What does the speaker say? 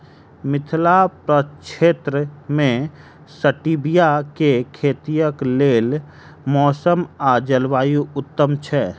मिथिला प्रक्षेत्र मे स्टीबिया केँ खेतीक लेल मौसम आ जलवायु उत्तम छै?